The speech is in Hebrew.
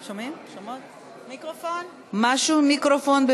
משהו, מיקרופון.